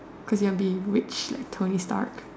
cause you wanna be rich like Tony Stark